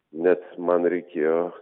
net man reikėjo